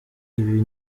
ibi